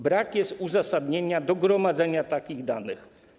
Brak jest uzasadnienia odnośnie do gromadzenia takich danych.